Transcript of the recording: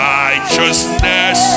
righteousness